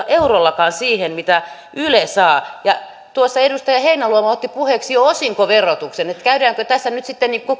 eurollakaan siihen mitä yle saa ja tuossa edustaja heinäluoma otti puheeksi jo osinkoverotuksen käydäänkö tässä nyt sitten